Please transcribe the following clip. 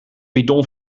bidon